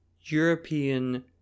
European